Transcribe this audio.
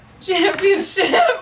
championship